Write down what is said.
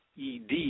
ED